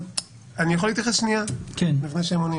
אני יכול להתייחס שנייה לפני שהם עונים?